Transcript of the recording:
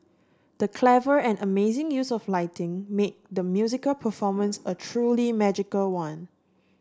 the clever and amazing use of lighting made the musical performance a truly magical one